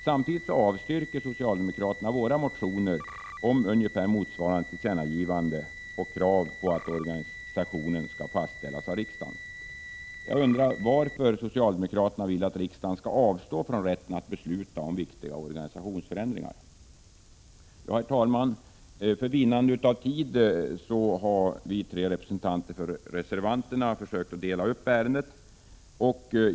Samtidigt avstyrker socialdemokraterna våra motioner om ungefär motsvarande tillkännagivande och krav på att organisationen skall fastställas av riksdagen. Jag undrar varför socialdemokraterna vill att riksdagen skall avstå från rätten att besluta om viktiga organisationsförändringar. Herr talman! För vinnande av tid har vi tre representanter för reservanterna försökt att dela upp ärendet mellan oss.